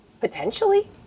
potentially